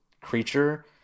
creature